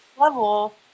level